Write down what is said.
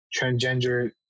transgender